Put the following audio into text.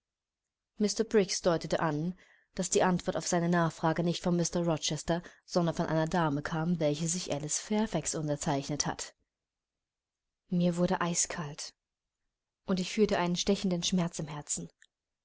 deutet an daß die antwort auf seine anfrage nicht von mr rochester sondern von einer dame kam welche sich alice fairfax unterzeichnet hat mir wurde eiskalt und ich fühlte einen stechenden schmerz im herzen